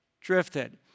drifted